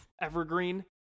Evergreen